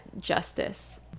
justice